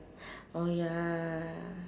oh ya